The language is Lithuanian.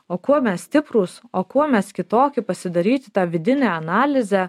o kuo mes stiprūs o kuo mes kitokie pasidaryti tą vidinę analizę